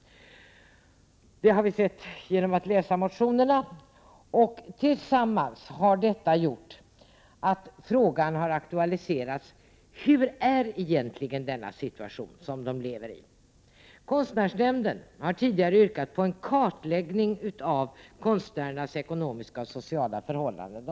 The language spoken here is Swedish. Det har vi sett genom att läsa motionerna. Tillsammans har detta gjort att frågan har aktualiserats: Hurdan är egentligen deras situation? Konstnärsnämnden har tidigare yrkat på en kartläggning av konstnärernas ekonomiska och sociala förhållanden.